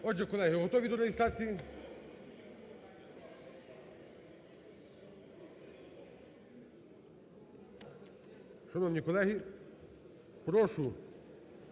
Отже, колеги, готові до реєстрації? Шановні колеги, прошу